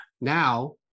Now